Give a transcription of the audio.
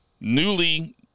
newly